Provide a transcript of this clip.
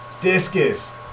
Discus